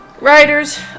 riders